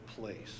place